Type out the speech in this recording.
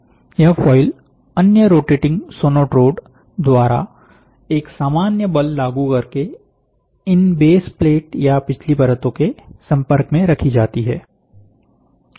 यह फॉयल अन्य rotating sonotrode द्वारा एक सामान्य बल लागू करके इन बेस प्लेट या पिछली परतो के संपर्क में रखी जाती है